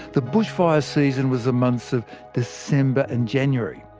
the bushfire season was the months of december and january.